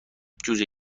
جوجه